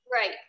Right